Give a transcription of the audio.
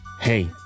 Hey